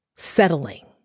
settling